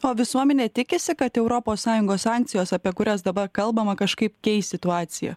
o visuomenė tikisi kad europos sąjungos sankcijos apie kurias dabar kalbama kažkaip keis situaciją